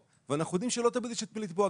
ואנחנו יודעים שלא תמיד יש את מי לתבוע.